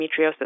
endometriosis